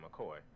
McCoy